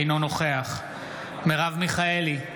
אינו נוכח מרב מיכאלי,